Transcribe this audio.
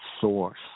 source